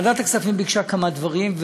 ועדת הכספים ביקשה כמה דברים,